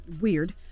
weird